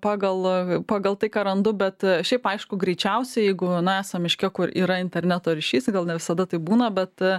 pagal pagal tai ką randu bet šiaip aišku greičiausiai jeigu na esam miške kur yra interneto ryšys gal ne visada taip būna bet